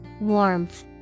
Warmth